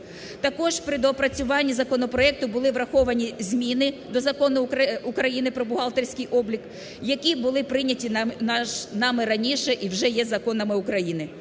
Також при доопрацюванні законопроекту були враховані зміни до Закону України "Про бухгалтерський облік", які були прийняті нами раніше і вже є законами України.